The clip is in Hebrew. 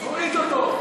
אנחנו מפריעות?